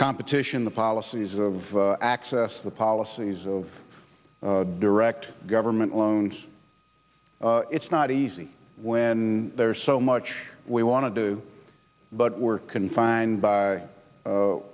competition the policies of access the policies of direct government loans it's not easy when there's so much we want to do but we're confined by